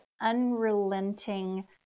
unrelenting